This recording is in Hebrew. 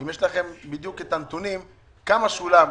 אם יש לכם בדיוק את הנתונים כמה שולם?